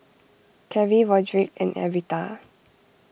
Carey Roderick and Arietta